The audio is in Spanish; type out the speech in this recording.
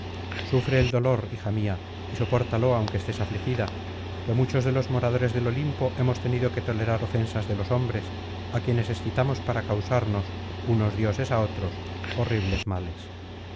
sufre el dolor hija mía y sopórtalo aunque estés afligida que muchos de los moradores del olimpo hemos tenido que tolerar ofensas de los hombres á quienes excitamos para causarnos unos dioses á otros horribles males